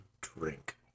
drink